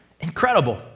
Incredible